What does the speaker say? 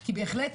כי בהחלט,